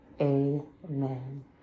Amen